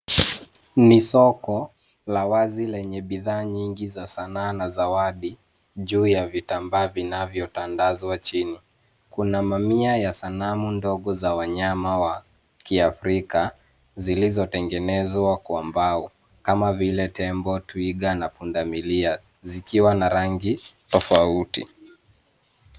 Ni soko la wazi lenye bidhaa nyingi za sanaa na zawadi juu ya vitambaa vinavyotandazwa chini. Kuna mamia ya sanamu ndogo za wanyama wa kiafrika zilizotengenezwa kwa mbao kama vile tembo twiga na pundamilia zikiwa na rangi tofauti.